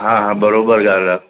हा हा बराबरि ॻाल्हि आहे